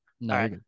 No